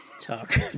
talk